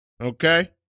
Okay